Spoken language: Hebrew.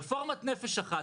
רפורמת "נפש אחת",